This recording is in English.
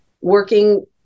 working